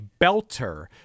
belter